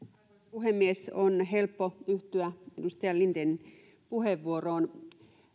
puhemies on helppo yhtyä edustaja lindenin puheenvuoroon